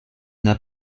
n’a